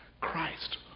Christ